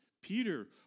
Peter